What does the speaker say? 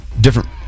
different